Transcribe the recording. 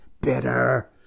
bitter